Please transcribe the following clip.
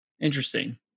Interesting